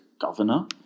governor